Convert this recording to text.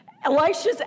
Elisha's